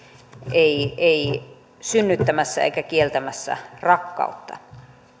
ei ei synnyttämässä eikä kieltämässä rakkautta